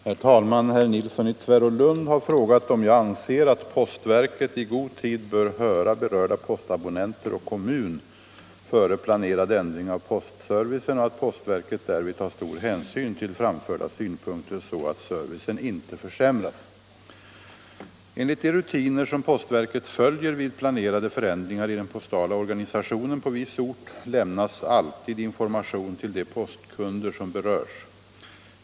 Herr talman! Herr Nilsson i Tvärålund har frågat om jag anser att postverket i god tid bör höra berörda postabonnenter och kommun före planerad ändring av postservicen och att postverket därvid tar stor hänsyn till framförda synpunkter så att servicen inte försämras. Enligt de rutiner som postverket följer vid planerade förändringar i den postala organisationen på viss ort lämnas alltid information till de postkunder som berörs.